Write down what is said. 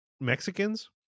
Mexicans